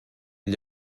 gli